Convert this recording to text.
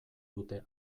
dute